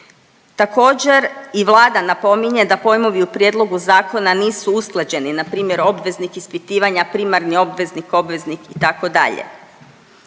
Također i Vlada napominje da pojmovi u prijedlogu zakona nisu usklađeni, npr. „obveznik ispitivanja“, „primarni obveznik“, „obveznik“ itd..